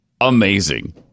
amazing